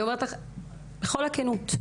אני אומרת לך בכל הכנות,